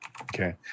Okay